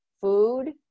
food